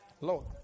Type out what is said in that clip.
Lord